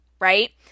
Right